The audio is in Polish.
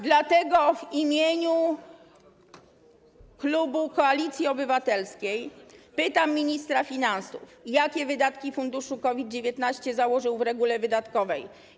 Dlatego w imieniu klubu Koalicji Obywatelskiej pytam ministra finansów: Jakie wydatki funduszu COVID-19 założył w regule wydatkowej?